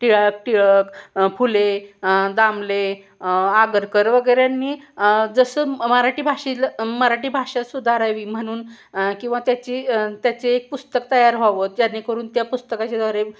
टिळाक टिळक फुले दामले आगरकर वगैरेंनी जसं मराठी भाषेला मराठी भाषा सुधारावी म्हणून किंवा त्याची त्याचे एक पुस्तक तयार हवं जेणेकरून त्या पुस्तकाच्या द्वारे